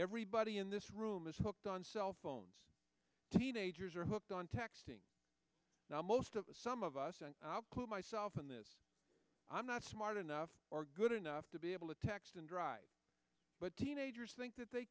everybody in this room is hooked on cell phones teenagers are hooked on texting now most of the some of us myself in this i'm not smart enough or good enough to be able to text and drive but teenagers think that they